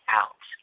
out